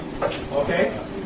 Okay